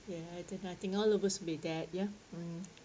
ya I think I think all of us will be that ya